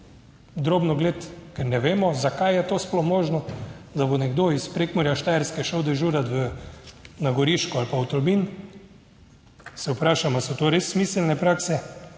drobnogled, ker ne vemo zakaj je to sploh možno, da bo nekdo iz Prekmurja, Štajerske šel dežurati na Goriško ali pa v Tolmin. Se vprašam ali so to res smiselne prakse?